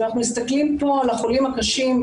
אנחנו מסתכלים פה על החולים הקשים,